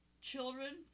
Children